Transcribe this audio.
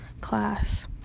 class